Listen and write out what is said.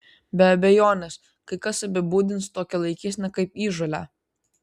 be abejonės kai kas apibūdins tokią laikyseną kaip įžūlią